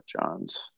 john's